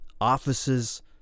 offices